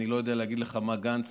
אני לא יודע להגיד לך מה גנץ